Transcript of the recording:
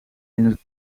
het